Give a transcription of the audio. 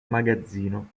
magazzino